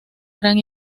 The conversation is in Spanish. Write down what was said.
gran